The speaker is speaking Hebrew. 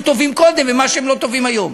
טובים קודם ואיך שהם לא טובים היום.